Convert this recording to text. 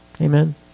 Amen